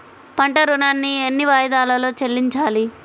పంట ఋణాన్ని ఎన్ని వాయిదాలలో చెల్లించాలి?